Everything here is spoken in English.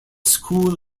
school